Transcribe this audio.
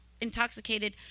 intoxicated